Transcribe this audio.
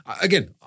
Again